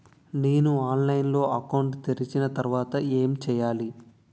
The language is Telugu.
నేను ఆన్లైన్ లో అకౌంట్ తెరిచిన తర్వాత ఏం చేయాలి?